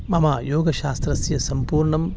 मम योगशास्त्रस्य सम्पूर्णम्